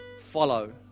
follow